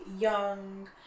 young